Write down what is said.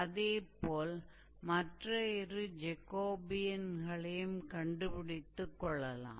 அதே போல மற்ற இரு ஜேகோபியன்களையும் கண்டுபிடித்துக் கொள்ளலாம்